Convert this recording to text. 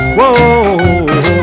Whoa